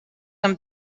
amb